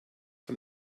von